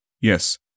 Yes